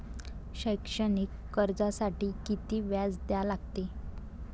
शैक्षणिक कर्जासाठी किती व्याज द्या लागते?